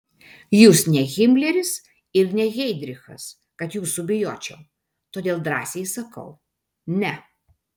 jūs ne himleris ir ne heidrichas kad jūsų bijočiau todėl drąsiai sakau ne